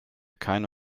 keine